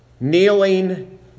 kneeling